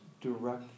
direct